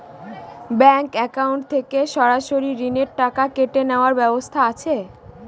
Bank account থেকে সরাসরি ঋণের টাকা কেটে নেওয়ার ব্যবস্থা আছে?